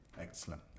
excellent